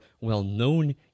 well-known